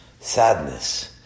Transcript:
Sadness